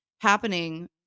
happening